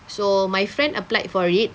so my friend applied for it